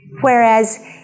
Whereas